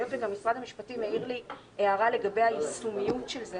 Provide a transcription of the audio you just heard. והיות וגם משרד המשפטים העיר לי הערה לגבי היישומיות של זה,